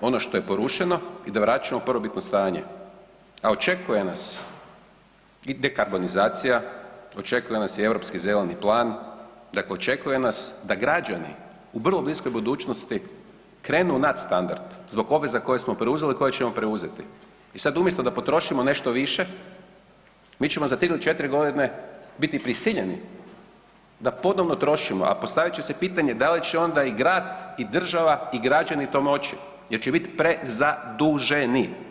ono što je porušeno i da vraćamo u prvobitno stanje, a očekuje nas i dekarbonizacija, očekuje nas i Europski zeleni plan, dakle očekuje nas da građani u vrlo bliskoj budućnosti krenu u nadstandard zbog obveza koje smo preuzeli i koje ćemo preuzeti i sad umjesto da potrošimo nešto više, mi ćemo za 3 do 4.g. biti prisiljeni da ponovno trošimo, a postavit će se pitanje da li će onda i grad i država i građani to moći jer će bit prezaduženi.